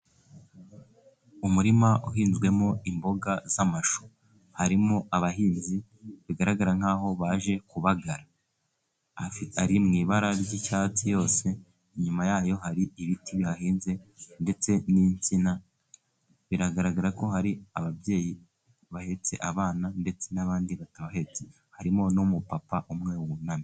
Umurima uhinzwemo imboga z'amashu. Harimo abahinzi bigaragara nk'aho baje kubagara. Ari mu ibara ry'icyatsi yose. Inyuma yayo hari ibiti bihinze ndetse n'insina. Biragaragara ko hari ababyeyi bahetse abana ndetse n'abandi badahetse. Harimo n'umupapa umwe wunamye.